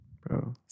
bro